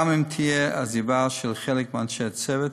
גם אם תהיה עזיבה של חלק מאנשי הצוות,